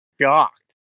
shocked